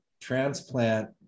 transplant